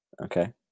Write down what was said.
Okay